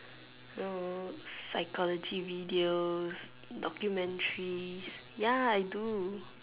so psychology videos documentaries ya I do